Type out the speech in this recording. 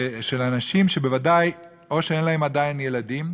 שאנשים שבוודאי, או שאין להם עדיין ילדים,